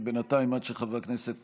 בינתיים, עד שחבר הכנסת